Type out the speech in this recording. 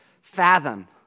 fathom